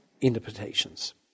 interpretations